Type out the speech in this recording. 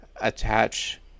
attach